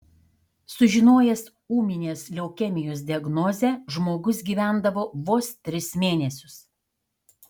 sužinojęs ūminės leukemijos diagnozę žmogus gyvendavo vos tris mėnesius